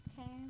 okay